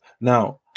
Now